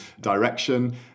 direction